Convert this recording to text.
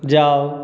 जाउ